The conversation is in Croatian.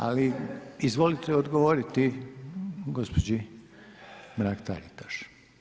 ali izvolite odgovoriti gospođi Mrak-Taritaš.